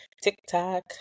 TikTok